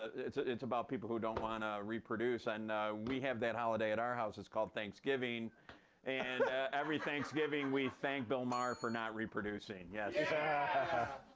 it's it's about people who don't want to reproduce and we have that holiday at our house. it's called thanksgiving and every thanksgiving we thank bill maher for not reproducing, yes. yeah